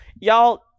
Y'all